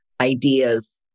ideas